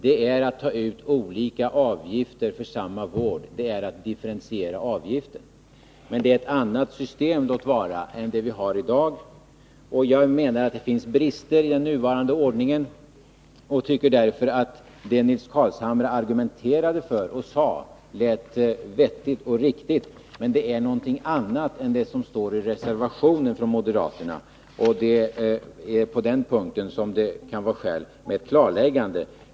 Det är att ta ut olika avgifter för samma vård. Det är att differentiera avgiften — låt vara att det är ett annat system än det vi har i dag. Jag menar att det finns brister i den nuvarande ordningen och tycker därför att det som Nils Carlshamre argumenterade för lät vettigt och riktigt, men det är något annat än det som står i reservationen från moderaterna. På den punkten kan det finnas skäl för ett klarläggande.